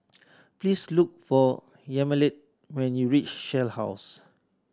please look for Yamilet when you reach Shell House